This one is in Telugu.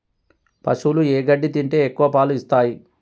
పశువులు ఏ గడ్డి తింటే ఎక్కువ పాలు ఇస్తాయి?